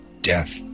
Death